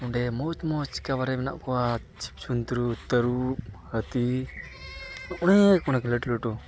ᱚᱸᱰᱮ ᱢᱚᱡᱽ ᱢᱚᱡᱽ ᱮᱠᱮᱵᱟᱨᱮ ᱢᱮᱱᱟᱜ ᱠᱚᱣᱟ ᱡᱤᱵ ᱡᱚᱱᱛᱨᱩ ᱛᱟᱹᱨᱩᱵ ᱦᱟᱹᱛᱤ ᱚᱱᱮᱠ ᱚᱱᱮᱠ ᱞᱟᱹᱴᱩ ᱞᱟᱹᱴᱩ